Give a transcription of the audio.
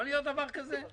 יכול להיות דבר כזה?